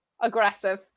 Aggressive